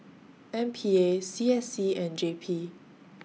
M P A C S C and J P